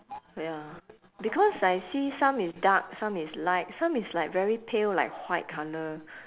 ya because I see some is dark some is light some is like very pale like white colour